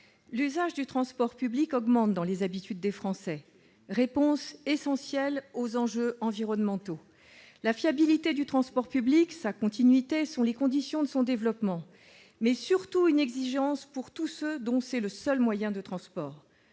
L'usage du transport public augmente dans les habitudes des Français ; c'est une réponse essentielle aux enjeux environnementaux. La fiabilité du transport public, sa continuité sont les conditions de son développement, mais surtout une exigence pour tous ceux dont c'est le seul moyen de transport.